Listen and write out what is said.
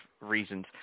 reasons